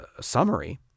summary